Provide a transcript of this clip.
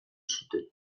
zuten